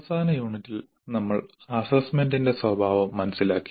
അവസാന യൂണിറ്റിൽ നമ്മൾ അസ്സസ്സ്മെന്റിന്റെ സ്വഭാവം മനസ്സിലാക്കി